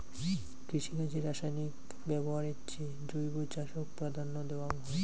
কৃষিকাজে রাসায়নিক ব্যবহারের চেয়ে জৈব চাষক প্রাধান্য দেওয়াং হই